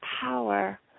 power